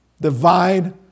divide